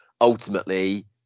ultimately